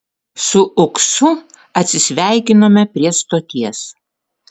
su uksu atsisveikinome prie stoties